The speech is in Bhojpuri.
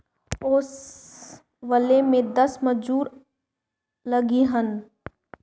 ओसवले में दस मजूर लगिहन